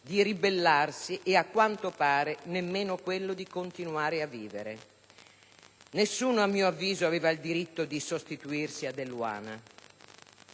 di ribellarsi e, a quanto pare, nemmeno quello di continuare a vivere. Nessuno, a mio avviso, aveva il diritto di sostituirsi ad Eluana.